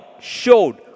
showed